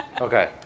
okay